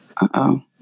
Uh-oh